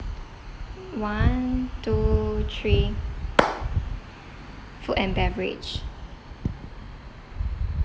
one two three food and beverage